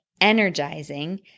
ENERGIZING